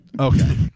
Okay